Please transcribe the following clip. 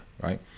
right